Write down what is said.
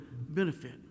benefit